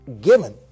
given